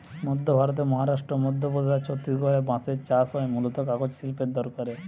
মধ্য ভারতের মহারাষ্ট্র, মধ্যপ্রদেশ আর ছত্তিশগড়ে বাঁশের চাষ হয় মূলতঃ কাগজ শিল্পের দরকারে